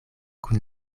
kun